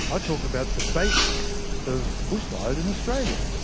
i talked about the basics of bushfires in australia.